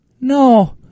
No